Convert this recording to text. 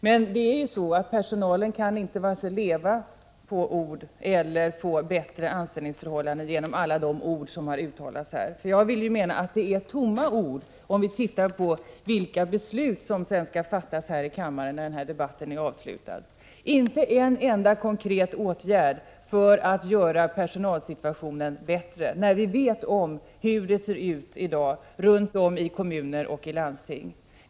Personalen kan emellertid inte leva på ord eller få bättre anställningsförhållanden genom alla de ord som har uttalats här. Jag vill mena att det är tomma ord. Det framgår när man tittar på vilka beslut som skall fattas i kammaren när debatten är avslutad. Inte en enda konkret åtgärd föreslås för att göra personalsituationen bättre, fastän vi vet hur det ser ut i dag runt om i kommuner och landsting.